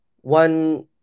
One